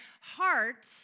heart